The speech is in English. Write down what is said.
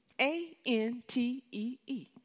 A-N-T-E-E